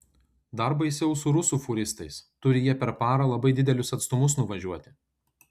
dar baisiau su rusų fūristais turi jie per parą labai didelius atstumus nuvažiuoti